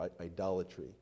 idolatry